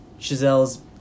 Chazelle's